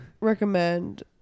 recommend